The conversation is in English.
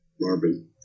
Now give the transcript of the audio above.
Marvin